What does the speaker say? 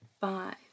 five